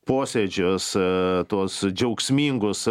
posėdžius tuos džiaugsmingus